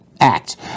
act